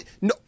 no